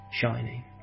shining